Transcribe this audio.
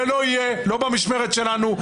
זה לא יהיה במשמרת שלנו,